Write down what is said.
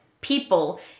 people